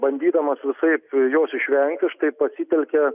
bandydamas visaip jos išvengti štai pasitelkia